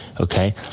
Okay